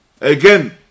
Again